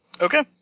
Okay